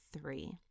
three